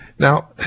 Now